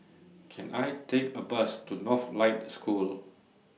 Can I Take A Bus to Northlight School